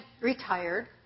retired